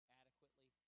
adequately